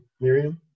Miriam